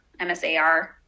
MSAR